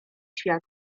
świat